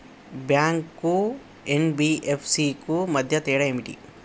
Bank కు NBFC కు మధ్య తేడా ఏమిటి?